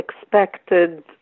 expected